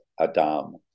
Adam